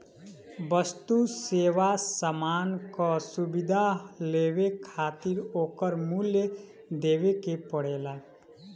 वस्तु, सेवा, सामान कअ सुविधा लेवे खातिर ओकर मूल्य देवे के पड़ेला